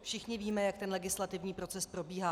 Všichni víme, jak ten legislativní proces probíhá.